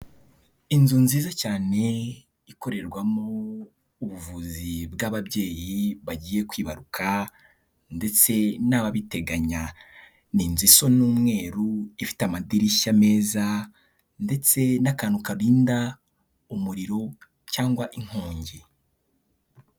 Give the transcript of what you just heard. Inzu nziza cyane ikorerwamo ubuvuzi bw'ababyeyi bagiye kwibaruka ndetse n'ababiteganya, ni inzu isa n'umweru, ifite amadirishya meza ndetse n'akantu karinda umuriro cyangwa inkongi.